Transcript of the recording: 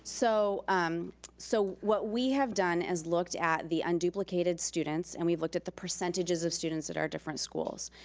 so um so what we have done is looked at the unduplicated students, and we've looked at the percentages of students at our different schools.